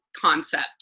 concept